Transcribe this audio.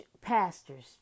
pastors